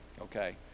okay